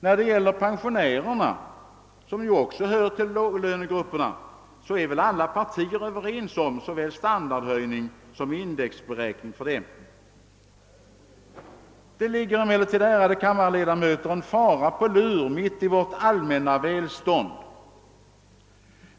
När det gäller pensionärerna, som ju också hör till låginkomstgrupperna, är väl alla partier överens om såväl standardhöjningen som indexregleringen för dem. Det ligger emellertid, ärade kammarledamöter, en fara på lur mitt i vårt allmänna välstånd.